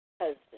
Husband